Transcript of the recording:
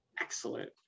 Excellent